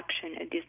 production